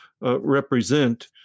represent